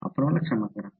आपण मला क्षमा करा